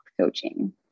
coaching